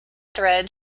thread